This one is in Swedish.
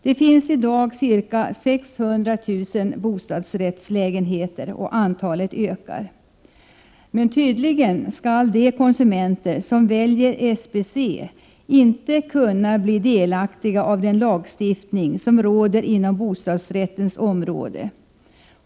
Det finns i dag ca 600 000 bostadsrättslägenheter, och antalet ökar. Men tydligen skall de konsumenter som väljer SBC inte kunna bli delaktiga av den lagstiftning som råder inom bostadsrättens område.